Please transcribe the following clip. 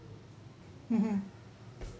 mmhmm